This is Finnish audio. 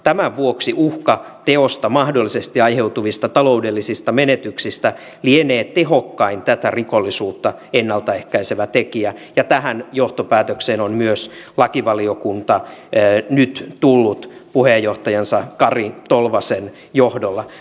tämän vuoksi uhka teosta mahdollisesti aiheutuvista taloudellisista menetyksistä lienee tehokkain tätä rikollisuutta ennalta ehkäisevä tekijä ja tähän johtopäätökseen on myös lakivaliokunta nyt tullut puheenjohtajansa kari tolvasen johdolla